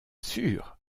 sûr